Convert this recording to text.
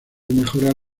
mejorar